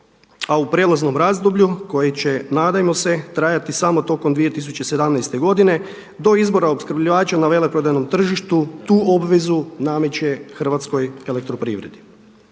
a u prijelaznom razdoblju koji će nadajmo se trajati samo tokom 2017. godine do izbora opskrbljivača na veleprodajnom tržištu tu obvezu nameće Hrvatskoj elektroprivredi.